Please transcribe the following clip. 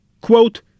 Quote